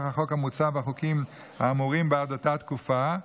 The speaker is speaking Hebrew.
החוק המוצע והחוקים האמורים בעד אותה תקופה.